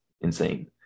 insane